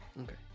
okay